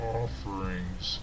offerings